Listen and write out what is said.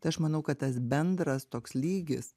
tai aš manau kad tas bendras toks lygis